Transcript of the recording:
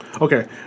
Okay